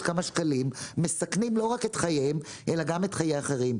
כמה שקלים מסכנים לא רק את חייהם אלא גם את חיי האחרים.